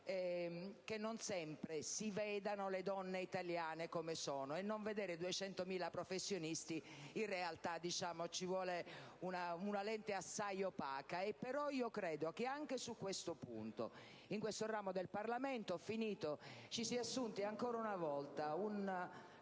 che non sempre si vedano le donne italiane come sono, e per non vedere 200.000 professionisti in realtà ci vuole una lente assai opaca. Però credo che in questo ramo del Parlamento ci si è assunti ancora una volta una